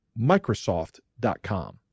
microsoft.com